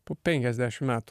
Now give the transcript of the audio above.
po penkiasdešim metų